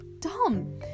dumb